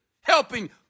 Helping